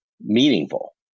meaningful